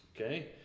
Okay